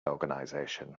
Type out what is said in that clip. organization